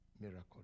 miracle